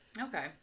okay